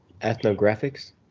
Ethnographics